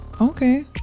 okay